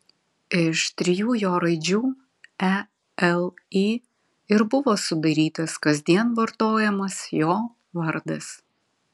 iš trijų jo raidžių e l i ir buvo sudarytas kasdien vartojamas jo vardas